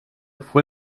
fue